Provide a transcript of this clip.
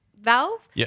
valve